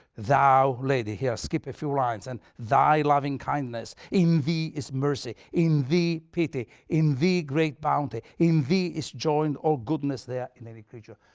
thou, lady, skip a few lines, and thy loving-kindness in thee is mercy, in thee pity, in thee great bounty, in thee is joined all goodness there in any creature.